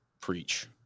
preach